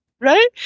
Right